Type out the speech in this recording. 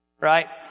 right